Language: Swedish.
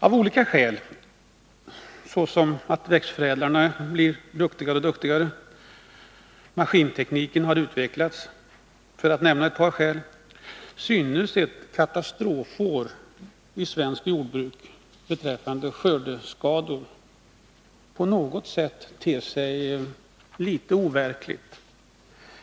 Av olika skäl — såsom att växtförädlarna blir duktigare och duktigare, att maskintekniken har utvecklats, för att nämna ett par — ter sig ett katastrofår i svenskt jordbruk beträffande skördeskador på något sätt litet overkligt.